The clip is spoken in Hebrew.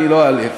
אני לא איעלב.